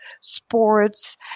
sports